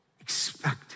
expect